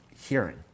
Hearing